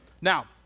Now